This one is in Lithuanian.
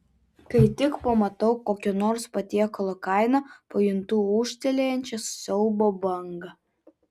kai tik pamatau kokio nors patiekalo kainą pajuntu ūžtelėjančią siaubo bangą